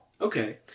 Okay